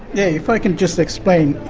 yeah if i can just explain,